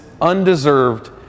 undeserved